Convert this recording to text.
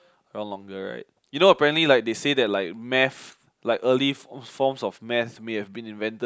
around longer right you know apparently like they say like math like early forms of math may have been invented